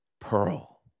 pearl